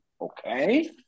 okay